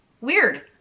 weird